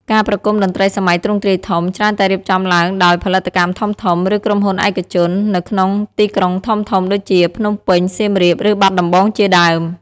ការប្រគំតន្ត្រីសម័យទ្រង់ទ្រាយធំ ច្រើនតែរៀបចំឡើងដោយ ផលិតកម្មធំៗ ឬក្រុមហ៊ុនឯកជន នៅក្នុងទីក្រុងធំៗដូចជាភ្នំពេញ សៀមរាប ឬបាត់ដំបងជាដើម។